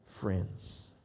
friends